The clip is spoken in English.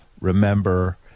remember